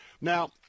Now